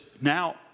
now